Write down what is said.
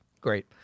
Great